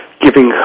giving